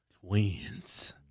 TWINS